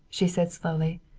she said slowly,